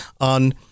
on